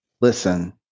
Listen